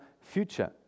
future